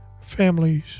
families